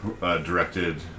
directed